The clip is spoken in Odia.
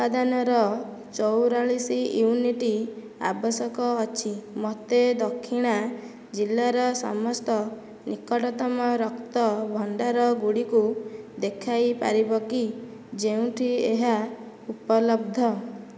ଉପାଦାନର ଚଉରାଳିଶି ୟୁନିଟି୍ ଆବଶ୍ୟକ ଅଛି ମୋତେ ଦକ୍ଷିଣା ଜିଲ୍ଲାର ସମସ୍ତ ନିକଟତମ ରକ୍ତଭଣ୍ଡାରଗୁଡ଼ିକୁ ଦେଖାଇ ପାରିବ କି ଯେଉଁଠି ଏହା ଉପଲବ୍ଧ